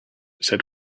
said